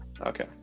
okay